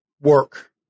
work